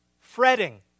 fretting